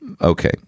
Okay